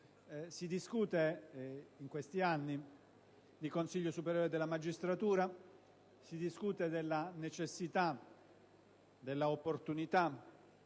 Si discute in questi anni di Consiglio superiore della magistratura e dunque della necessità, della opportunità